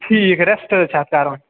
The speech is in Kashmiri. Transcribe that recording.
ٹھیٖک ریسٹ حظ چھُ اَتھ کَرُن